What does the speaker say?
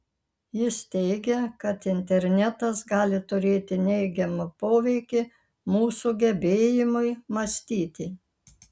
jis teigia kad internetas gali turėti neigiamą poveikį mūsų gebėjimui mąstyti